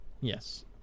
yes